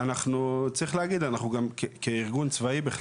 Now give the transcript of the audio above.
וכארגון צבאי,